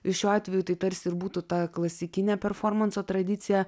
ir šiuo atveju tai tarsi ir būtų ta klasikinė performanso tradicija